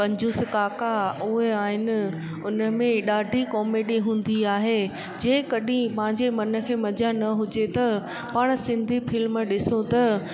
कंजूसु काका उहे आहिनि हुन में ॾाढी कॉमेडी हूंदी आहे जे कॾहिं मांजे मन खे मज़ा न हुजे त पाणि सिंधी फ्लिम ॾिसूं त